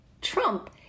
Trump